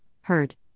hurt